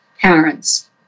parents